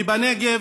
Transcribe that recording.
ובנגב,